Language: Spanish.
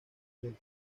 del